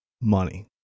money